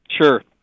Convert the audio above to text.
Sure